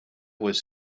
was